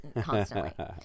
constantly